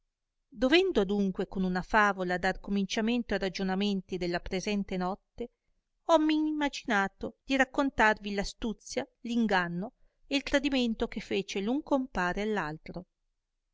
dovendo adunque con una favola dar cominciamento a ragionamenti della presente notte hommi imaginato di raccontarvi r astuzia r inganno e il tradimento che fece r un compare